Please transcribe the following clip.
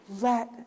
let